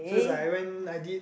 so is like I went I did